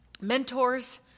mentors